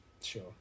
Sure